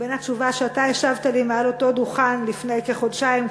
בין התשובה שאתה השבת לי מעל אותו דוכן לפני כחודשיים,